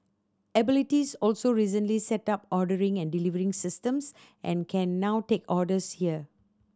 abilities also recently set up ordering and delivery systems and can now take orders here